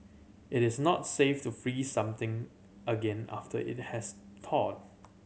it is not safe to freeze something again after it has thawed